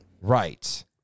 Right